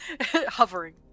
hovering